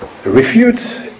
refute